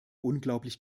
unglaublich